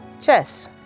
chess